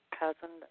cousin